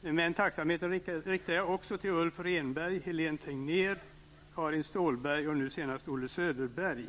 Men tacksamheten riktar jag också till Ulf Renberg, Helene Tegnér, Karin Ståhlberg och nu senast Olle Söderberg.